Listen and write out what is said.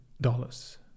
dollars